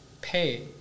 pay